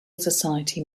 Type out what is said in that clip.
society